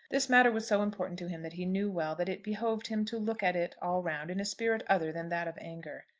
this matter was so important to him that he knew well that it behoved him to look at it all round in a spirit other than that of anger.